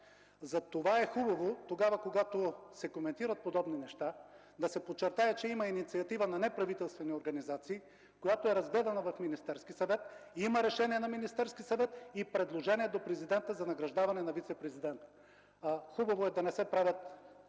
Затова е хубаво, когато се коментират подобни неща, да се подчертае, че има инициатива на неправителствени организации, която е разгледана в Министерския съвет, има решение на Министерския съвет и предложение до президента за награждаване на вицепрезидент. Хубаво е да не се правят